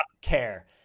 care